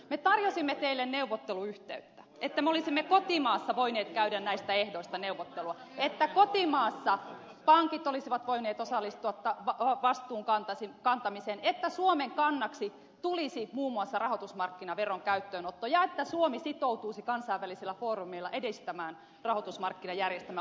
me tarjosimme teille neuvotteluyhteyttä että me olisimme kotimaassa voineet käydä näistä ehdoista neuvottelua että kotimaassa pankit olisivat voineet osallistua vastuun kantamiseen että suomen kannaksi tulisi muun muassa rahoitusmarkkinaveron käyttöönotto ja että suomi sitoutuisi kansainvälisillä foorumeilla edistämään rahoitusmarkkinajärjestelmän uudistamista